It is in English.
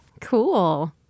cool